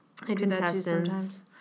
contestants